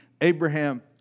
Abraham